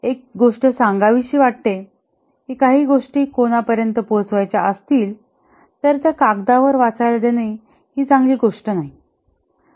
एक गोष्ट सांगावीशी वाटते कि काही गोष्टी कोणा पर्यंत पोहचवायच्या असतील तर त्या कागदावर वाचायला देणे हि चांगली गोष्ट नाही